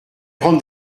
prendre